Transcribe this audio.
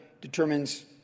determines